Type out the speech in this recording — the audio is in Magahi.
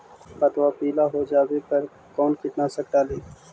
पतबा पिला हो जाबे पर कौन कीटनाशक डाली?